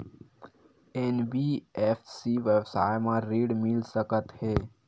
NBFC व्यवसाय मा ऋण मिल सकत हे